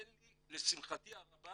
אין לי, לשמחתי הרבה